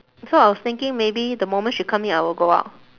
so I was thinking maybe the moment she come in I will go out